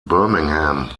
birmingham